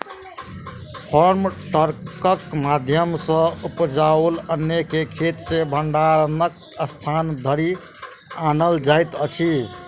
farm ट्रकक माध्यम सॅ उपजाओल अन्न के खेत सॅ भंडारणक स्थान धरि आनल जाइत अछि